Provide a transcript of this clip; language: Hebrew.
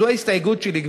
זאת ההסתייגות שלי,